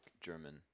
German